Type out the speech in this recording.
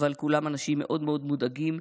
אבל כולם אנשים מאוד מאוד מודאגים,